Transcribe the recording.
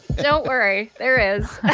don't worry there is